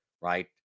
right